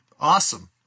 awesome